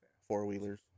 Four-wheelers